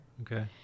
Okay